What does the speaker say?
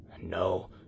no